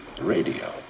Radio